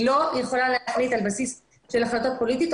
היא לא יכולה להחליט על בסיס של החלטה פוליטית.